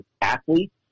athletes